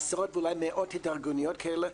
עשרות ואולי מאות התארגנויות כאלה,